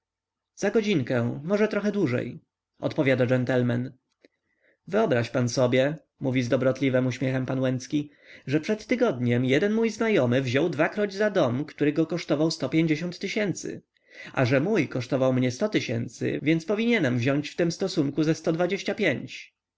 za godzinkę może trochę dłużej odpowiada dżentelmen wyobraź pan sobie mówi z dobrotliwym uśmiechem pan łęcki że przed tygodniem jeden mój znajomy wziął dwakroć za dom który go kosztował sto pięćdziesiąt tysięcy a że mój kosztował mnie sto tysięcy więc powinienem wziąć w tym stosunku ze sto dwadzieścia pięć